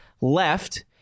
left